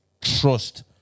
trust